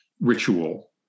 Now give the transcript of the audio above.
ritual